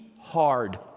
hard